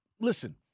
listen